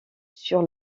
sur